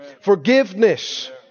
forgiveness